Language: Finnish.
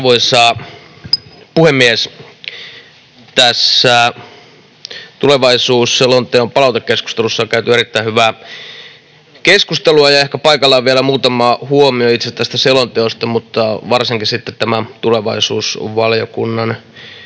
Arvoisa puhemies! Tässä tulevaisuusselonteon palautekeskustelussa on käyty erittäin hyvää keskustelua, ja ehkä paikallaan on vielä muutama huomio itse tästä selonteosta mutta varsinkin sitten tämän tulevaisuusvaliokunnan